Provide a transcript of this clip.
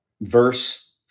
verse